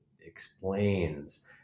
explains